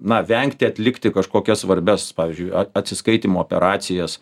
na vengti atlikti kažkokias svarbias pavyzdžiui atsiskaitymo operacijas